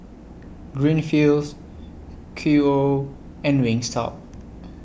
Greenfields Qoo and Wingstop